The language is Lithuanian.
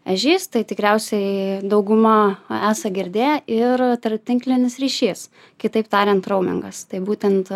ežiais tai tikriausiai dauguma esą girdėję ir tarptinklinis ryšys kitaip tariant raumingas tai būtent